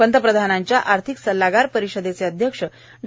पंतप्रधानांच्या आर्थिक सल्लागार परिषदेचे अध्यक्ष डॉ